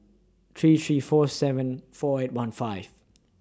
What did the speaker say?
three three four seven four eight one five